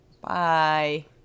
Bye